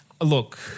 Look